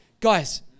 Guys